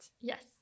Yes